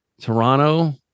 Toronto